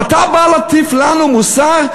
ואתה בא להטיף לנו מוסר,